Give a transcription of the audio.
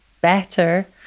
better